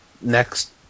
next